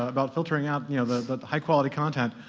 about filtering out you know the high-quality content,